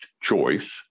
choice